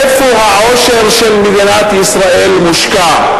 איפה העושר של מדינת ישראל מושקע,